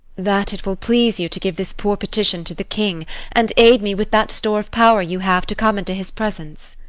that it will please you to give this poor petition to the king and aid me with that store of power you have to come into his presence.